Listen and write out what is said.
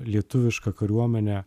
lietuvišką kariuomenę